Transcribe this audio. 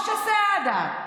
משה סעדה,